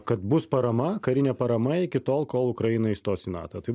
kad bus parama karinė parama iki tol kol ukraina įstos į nato tai